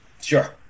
Sure